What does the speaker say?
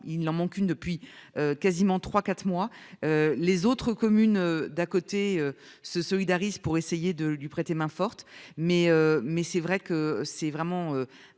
leur manque une depuis quasiment trois, quatre mois. Les autres communes d'à côté se solidarisent pour essayer de lui prêter main forte. Mais, mais c'est vrai que c'est vraiment.